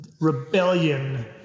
Rebellion